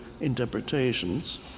interpretations